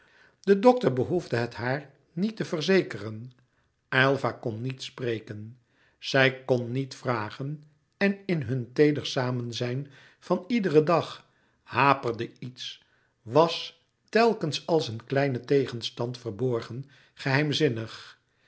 de dokter behoefde het haar niet te verzekeren aylva kon niet spreken zij kon niet vragen en in hun teeder samenzijn van iederen dag haperde iets was telkens als een kleine tegenstand verborgen geheimzinnig